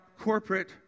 corporate